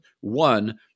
One